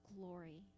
glory